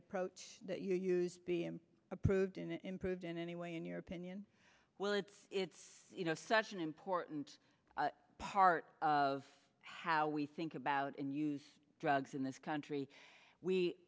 approach that you use being approved and improved in any way in your opinion well it's it's you know such an important part of how we think about and use drugs in this country we